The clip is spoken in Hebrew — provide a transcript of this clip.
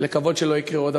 ולקוות שלא יקרה עוד.